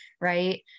Right